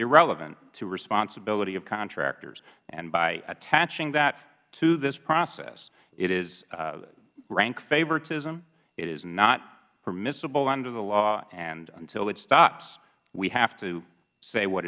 irrelevant to responsibility of contractors and by attaching that to this process it is rank favoritism it is not permissible under the law and until it stops we have to say what